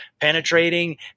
penetrating